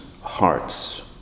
hearts